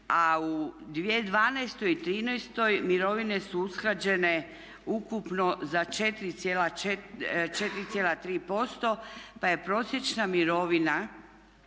a u 2012. i 2013. mirovine su usklađene ukupno za 4,3% pa je prosječna mirovina